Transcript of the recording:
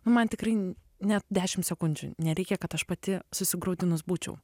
nu man tikrai net dešimt sekundžių nereikia kad aš pati susigraudinus būčiau